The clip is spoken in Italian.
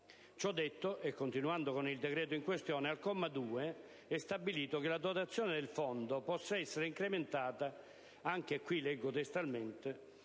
Ciò detto, e continuando con il decreto in questione, al comma 2 dell'articolo 1 è stabilito che la dotazione del fondo possa essere incrementata - anche qui leggo testualmente